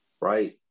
Right